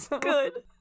good